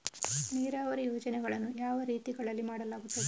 ನೀರಾವರಿ ಯೋಜನೆಗಳನ್ನು ಯಾವ ರೀತಿಗಳಲ್ಲಿ ಮಾಡಲಾಗುತ್ತದೆ?